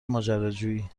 ماجراجویی